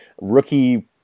rookie